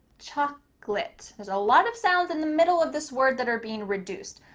chocolate. there's a lot of sounds in the middle of this word that are being reduced.